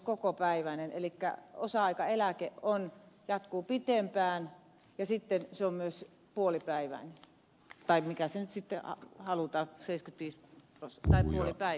elikkä osa aikaeläke jatkuu pitempään ja se on myös puolipäiväinen tai miten se nyt sitten halutaan puolipäiväinen useimmiten